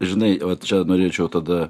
žinaivat čia norėčiau tada